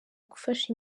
gufasha